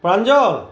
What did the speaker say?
Ranjan